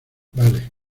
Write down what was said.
vale